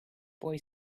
boy